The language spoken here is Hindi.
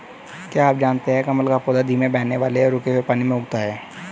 क्या आप जानते है कमल का पौधा धीमे बहने वाले या रुके हुए पानी में उगता है?